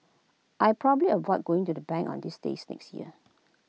I probably avoid going to the bank on this days next year